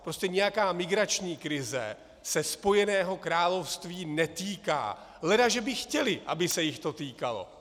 Prostě nějaká migrační krize se Spojeného království netýká, ledaže by chtěli, aby se jich to týkalo.